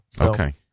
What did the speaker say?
Okay